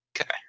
Okay